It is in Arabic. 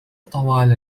طوال